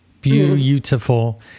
beautiful